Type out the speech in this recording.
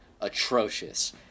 atrocious